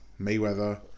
Mayweather